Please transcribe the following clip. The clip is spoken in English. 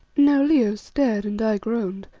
now leo stared and i groaned,